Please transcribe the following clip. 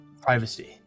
privacy